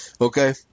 Okay